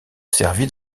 servi